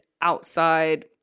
outside